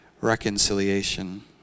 reconciliation